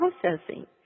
processing